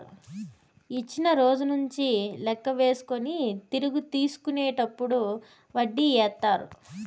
ఇచ్చిన రోజు నుంచి లెక్క వేసుకొని తిరిగి తీసుకునేటప్పుడు వడ్డీ ఏత్తారు